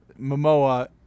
Momoa